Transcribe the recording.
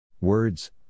Words